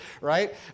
right